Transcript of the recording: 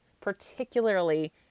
particularly